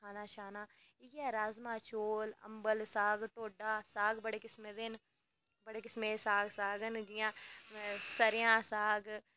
खाना इ'यै राजमांह् चौल अम्बल साग ढोड्डा साग बड़े किस्में दे न बड़े किस्में दे साग न जि'यां स'रेआं दा साग